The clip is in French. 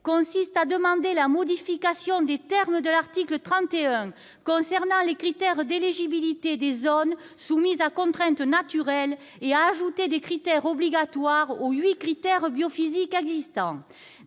consiste à demander la modification des termes de l'article 31 concernant les critères d'éligibilité des zones soumises à contraintes naturelles et à ajouter des critères obligatoires aux huit critères biophysiques existants.